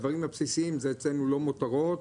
הדברים הבסיסיים זה לא מותרות.